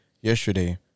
Yesterday